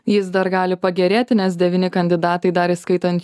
jis dar gali pagerėti nes devyni kandidatai dar įskaitant